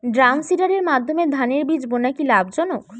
ড্রামসিডারের মাধ্যমে ধানের বীজ বোনা কি লাভজনক?